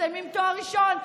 מסיימים תואר ראשון,